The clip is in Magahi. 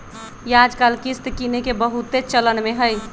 याजकाल किस्त किनेके बहुते चलन में हइ